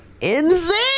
insane